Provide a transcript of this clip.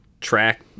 track